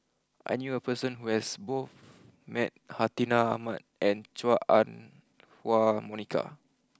I knew a person who has both met Hartinah Ahmad and Chua Ah Huwa Monica